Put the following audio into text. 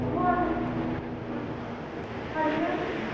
ਹੋਰ ਹਾਂ ਹਾਂਜੀ ਮੈਮ